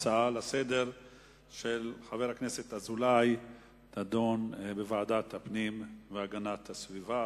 ההצעה לסדר-היום של חבר הכנסת אזולאי תידון בוועדת הפנים והגנת הסביבה,